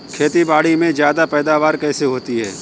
खेतीबाड़ी में ज्यादा पैदावार कैसे होती है?